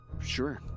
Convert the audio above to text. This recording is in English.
Sure